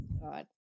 God